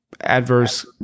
adverse